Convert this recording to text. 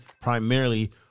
primarily